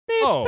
Miss